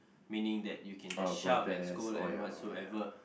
meaning that you can just shout and scold and what so ever